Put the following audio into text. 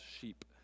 sheep